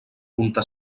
punta